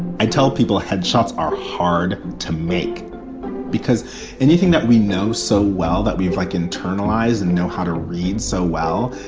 i tell people headshots are hard to make because anything that we know so well that we like, internalize and know how to read so well,